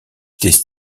était